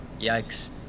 yikes